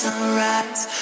Sunrise